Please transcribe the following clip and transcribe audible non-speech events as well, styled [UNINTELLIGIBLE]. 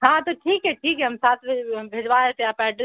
ہاں تو ٹھیک ہے ٹھیک ہے ہم سات بجے [UNINTELLIGIBLE] ہم بھجوا دیتے ہیں آپ ایڈریس